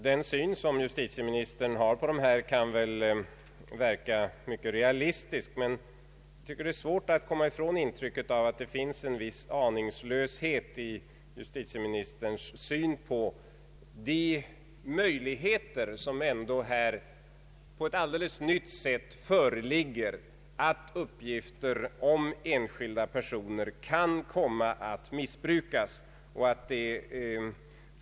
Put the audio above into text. Herr talman! Justitieministerns syn på den här saken kan väl verka mycket realistisk, men jag tycker att det är svårt att komma från intrycket av aningslöshet i hans syn på de risker som ändå på ett alldeles nytt sätt föreligger för att uppgifter om enskilda personer kan komma att missbrukas.